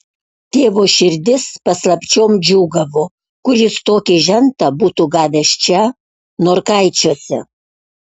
tėvo širdis paslapčiom džiūgavo kur jis tokį žentą būtų gavęs čia norkaičiuose